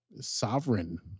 sovereign